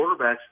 quarterbacks